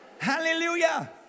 Hallelujah